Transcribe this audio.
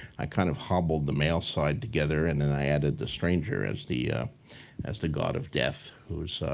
i kind of hobbled the male side together and then i added the stranger as the ah as the god of death, who's